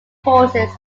forces